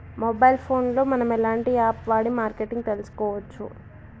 Mobile phone లో మనం ఎలాంటి యాప్ వాడి మార్కెటింగ్ తెలుసుకోవచ్చు?